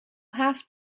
have